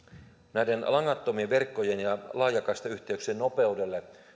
näiden langattomien verkkojen ja laajakaistayhteyksien nopeudelle